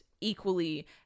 equally